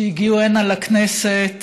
שהגיעו הנה לכנסת,